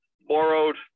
borrowed